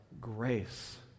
grace